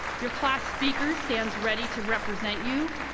your class speaker stands ready to represent you,